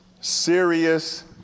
serious